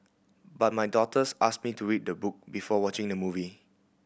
but my daughters asked me to read the book before watching the movie